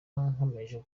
nkomeje